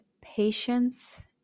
patience